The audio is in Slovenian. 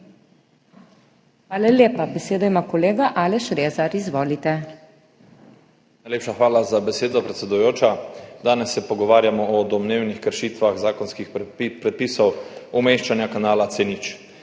Hvala lepa. Besedo ima kolega Aleš Rezar. Izvolite. ALEŠ REZAR (PS Svoboda): Najlepša hvala za besedo, predsedujoča. Danes se pogovarjamo o domnevnih kršitvah zakonskih predpisov umeščanja kanala C0,